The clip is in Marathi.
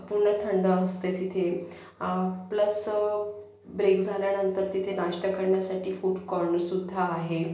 पूर्ण थंड असते तिथे प्लस ब्रेक झाल्यानंतर तिथे नाश्ता करण्यासाठी फूड कॉर्नरसुद्धा आहे